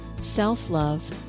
self-love